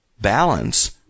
balance